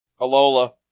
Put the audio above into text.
Alola